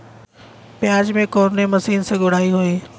प्याज में कवने मशीन से गुड़ाई होई?